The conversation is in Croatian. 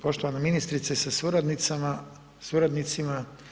Poštovana ministrice sa suradnicama, suradnicima.